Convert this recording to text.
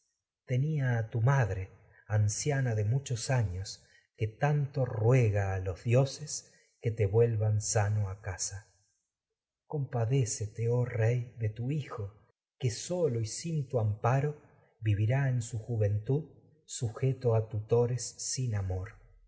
tenia a tu madre anciana de muchos años sano a casa que tanto ruega a los dioses que te vuelvan compadécete paro oh rey de tu hijo su que a solo y sin tu sin am vivirá en juventud sujeto y a tutores nos amor